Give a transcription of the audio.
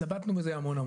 התלבטנו בזה המון,